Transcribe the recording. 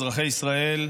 אזרחי ישראל,